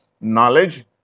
knowledge